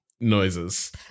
noises